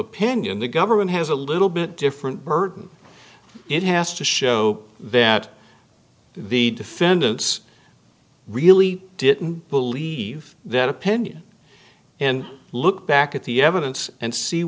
opinion the government has a little bit different burden it has to show that the defendants really didn't believe that opinion and look back at the evidence and see